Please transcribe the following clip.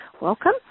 welcome